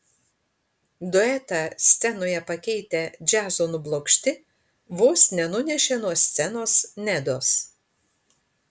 duetą scenoje pakeitę džiazo nublokšti vos nenunešė nuo scenos nedos